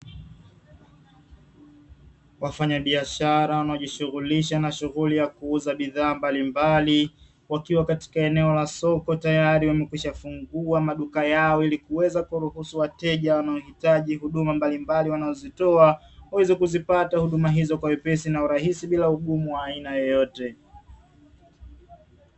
Wafanyabiashara wanaojishughulisha na shughuli ya kuuza bidhaa mbalimbali wakiwa katika eneo la soko, tayari wamekwisha fungua maduka yao ili kuweza kuruhusu wateja wanaohitaji huduma mbalimbali wanazozitoa waweze kuzipata huduma hizo kwa wepesi na urahisi bila ugumu wa aina yoyote.